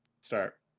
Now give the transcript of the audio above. start